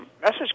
message